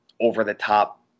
over-the-top